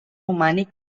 romànic